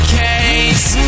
case